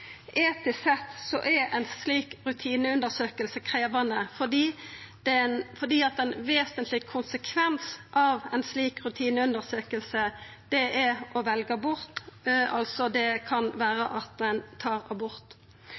Etisk sett er ei slik rutineundersøking krevjande fordi ein vesentleg konsekvens av ei slik rutineundersøking er å velja bort – altså det kan vera at ein tar abort.